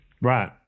Right